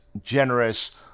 generous